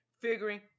figuring